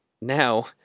now